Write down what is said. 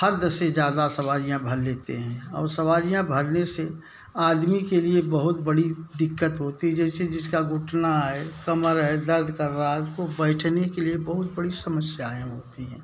हद से ज़्यादा सवारियाँ भर लेते हैं और सवारियाँ भरने सें आदमी के लिए बहुत बड़ी दिक्कत होती हैं जैसे जिसका घुटना हैं कमर हैं दर्द कर रहा हैं उसको बैठने के लिए बहुत बड़ी समस्याएँ होती हैं